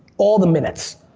all the minutes.